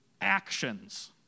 actions